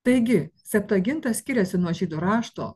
taigi septuaginta skiriasi nuo žydų rašto